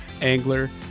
angler